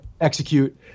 execute